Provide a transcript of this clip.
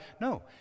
No